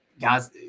guys –